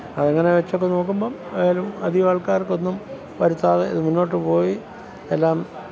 അതങ്ങനെ വെച്ചൊക്കെ നോക്കുമ്പം ഏതായാലും അധികം ആള്ക്കാര്ക്കൊന്നും വരുത്താതെ അത് മുന്നോട്ട് പോയി എല്ലാം